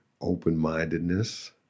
open-mindedness